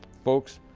folks,